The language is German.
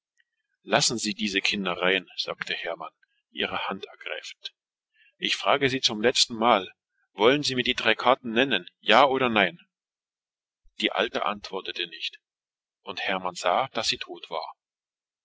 lassen sie doch diese kindereien sagte hermann und ergriff ihre hand ich frage sie nun zum letzten male wollen sie mir ihre drei karten nennen ja oder nein die gräfin antwortete nicht hermann sah daß sie tot war